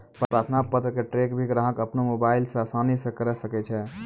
प्रार्थना पत्र क ट्रैक भी ग्राहक अपनो मोबाइल स आसानी स करअ सकै छै